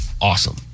awesome